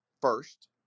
first